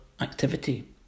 activity